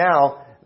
now